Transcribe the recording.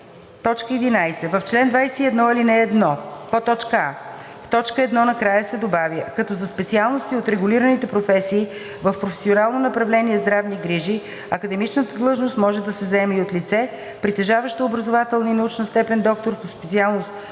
11. В чл. 24, ал. 1: а) в т. 1 накрая се добавя „като за специалности от регулираните професии в професионално направление „Здравни грижи“ академичната длъжност може да се заема и от лице, притежаващо образователна и научна степен „доктор“ по специалност